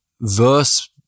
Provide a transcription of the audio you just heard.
verse